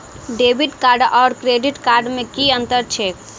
Debit card आओर credit card मे की अन्तर छैक?